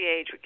age